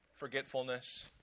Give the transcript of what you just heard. Forgetfulness